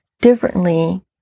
differently